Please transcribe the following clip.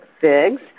figs